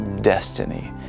destiny